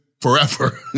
forever